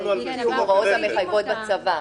אי קיום ההוראות המחייבות בצבא.